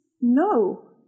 No